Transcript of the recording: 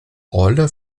rolle